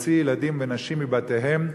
להוציא ילדים ונשים מבתיהם,